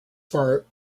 far